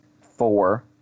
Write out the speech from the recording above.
four